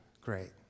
great